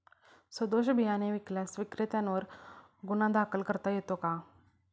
सदोष बियाणे विकल्यास विक्रेत्यांवर गुन्हा दाखल करता येतो का?